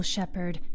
Shepherd